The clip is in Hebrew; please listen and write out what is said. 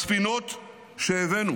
הספינות שהבאנו